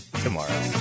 tomorrow